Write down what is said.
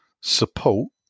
support